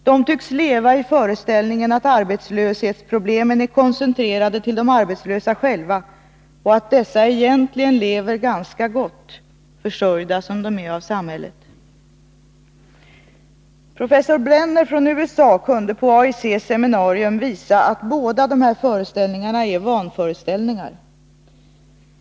De tycks leva i föreställningen att arbetslöshetsproblemen är koncentrerade till de arbetslösa själva och att dessa egentligen lever ganska gott — försörjda som de är av samhället. Professor Brenner från USA kunde på AIC:s seminarium visa att båda dessa föreställningar är vanföreställningar.